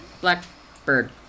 Blackbird